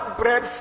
bread